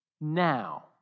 now